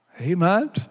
Amen